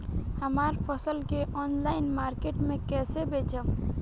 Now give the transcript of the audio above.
हमार फसल के ऑनलाइन मार्केट मे कैसे बेचम?